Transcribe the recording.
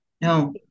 No